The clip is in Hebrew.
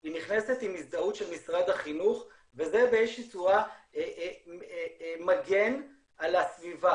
היא נכנסת עם הזדהות של משרד החינוך וזה באיזו שהיא צורה מגן על הסביבה.